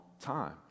time